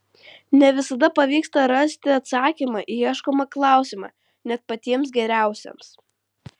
ne visada pavyksta rasti atsakymą į ieškomą klausimą net patiems geriausiems